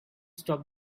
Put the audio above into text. stop